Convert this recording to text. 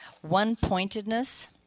one-pointedness